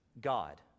God